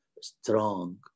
strong